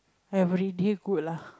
everyday good lah